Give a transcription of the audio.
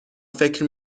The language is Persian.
فکر